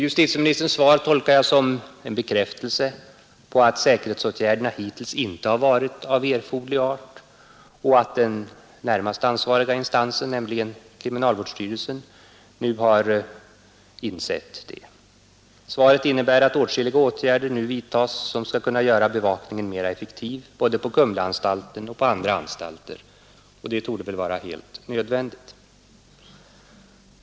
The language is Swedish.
Justitieministerns svar tolkar jag som en bekräftelse på att säkerhetsåtgärderna hittills inte varit av erforderlig art och att den närmast ansvariga instansen, nämligen kriminalvårdsstyrelsen, nu äntligen har insett det. Svaret innebär att åtskilliga åtgärder nu vidtas som skall kunna göra bevakningen mer effektiv både på Kumlaanstalten och på andra anstalter. Och det torde vara helt nödvändigt.